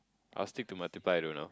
I will stick to multiply though now